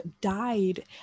died